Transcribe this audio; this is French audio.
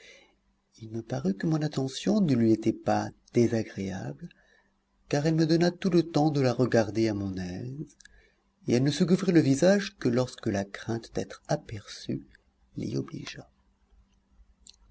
il me parut que mon attention ne lui était pas désagréable car elle me donna tout le temps de la regarder à mon aise et elle ne se couvrit le visage que lorsque la crainte d'être aperçue l'y obligea